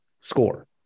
score